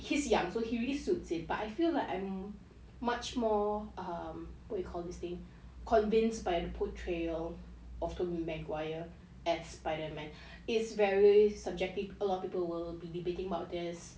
he's young so he really suits it but I feel like I'm much more um what you call this thing convinced by the portrayal of toby maguire as spider man is very subjective a lot of people will be debating about this